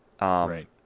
Right